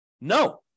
No